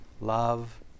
love